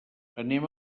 anem